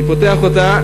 אני פותח אותה.